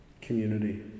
community